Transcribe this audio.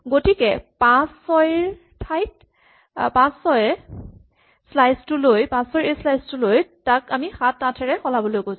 গতিকে আমি ৫ ৬ ৰ এই স্লাইচ টো লৈ তাক ৭৮ ৰে সলাবলৈ কৈছো